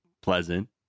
pleasant